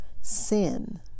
Sin